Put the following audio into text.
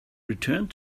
returned